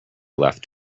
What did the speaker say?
left